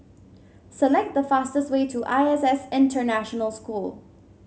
select the fastest way to I S S International School